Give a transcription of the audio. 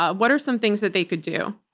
what are some things that they could do?